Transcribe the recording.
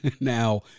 Now